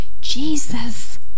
Jesus